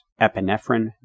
epinephrine